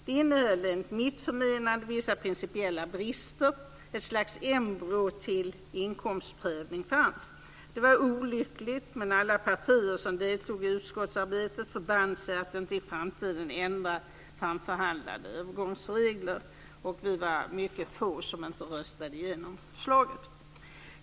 Det innehöll enligt mitt förmenande vissa principiella brister - där fanns ett slags embryo till inkomstprövning. Det var olyckligt, men alla partier som deltog i utskottsarbetet förband sig att inte ändra framförhandlade övergångsregler i framtiden. Vi var mycket få som inte röstade igenom förslaget.